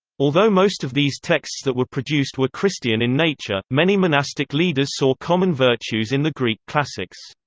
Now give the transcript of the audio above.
although most of these texts that were produced were christian in nature, many monastic leaders saw common virtues in the greek classics.